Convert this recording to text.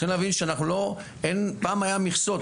אתם צריכים להבין, פעם היו מכסות,